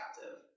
captive